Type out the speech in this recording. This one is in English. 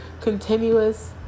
Continuous